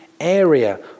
area